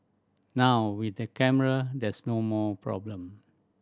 now with the camera there's no more problem